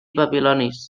babilonis